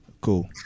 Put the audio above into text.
Cool